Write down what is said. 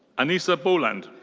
anisa boland.